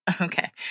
Okay